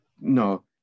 No